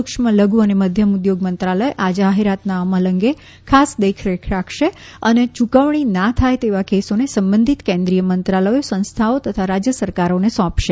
સૂકમ્છ લધુ અને મધ્યમ ઉદ્યોગ મંત્રાલય આ જાહેરાતના અમલ અંગે ખાસ દેખરેખ રાખશે અને યૂકવણી ના થાય તેવા કેસોને સંબંધિત કેન્રિમ્ય મંત્રાલયો સંસ્થાઓ તથા રાજ્ય સરકારોને સોંપશે